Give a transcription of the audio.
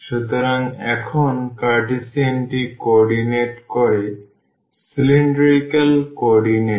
সুতরাং এখন কার্টেসিয়ানটি কোঅর্ডিনেট করে সিলিন্ড্রিক্যাল কোঅর্ডিনেট এ